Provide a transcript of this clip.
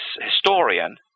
historian